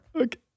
Okay